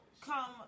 come